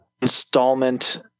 installment